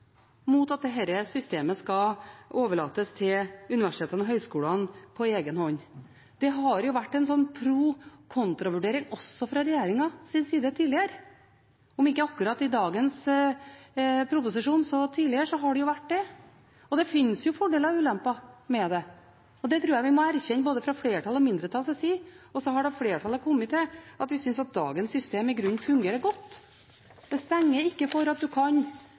høyskolene på egen hånd. Det har vært en pro/kontra-vurdering også fra regjeringens side tidligere – om ikke akkurat i dagens proposisjon, så har det vært det tidligere. Det finnes fordeler og ulemper med det. Det tror jeg vi må erkjenne både fra flertallets og fra mindretallets side. Flertallet har kommet til at vi synes dagens system i grunnen fungerer godt. Det stenger ikke for at man kan